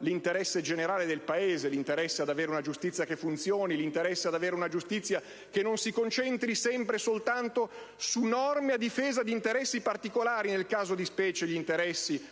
L'interesse generale del Paese ad avere una giustizia che funzioni, che non si concentri sempre e soltanto su norme a difesa di interessi particolare (nel caso di specie gli interessi